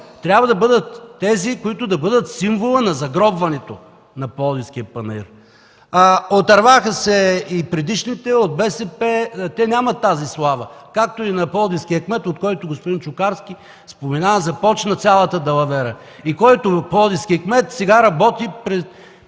трябва да бъдат тези, които да са символът на загробването на Пловдивския панаир? Отърваха се и предишните – от БСП, те нямат тази слава, както и на пловдивския кмет, от който, както господин Чукарски спомена, започна цялата далавера. И пловдивският кмет сега работи при